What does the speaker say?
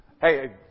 Hey